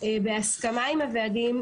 בהסכמה עם הוועדים,